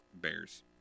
Bears